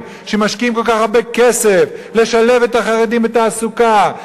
שמשקיעים כל כך הרבה כסף לשלב את החרדים בתעסוקה,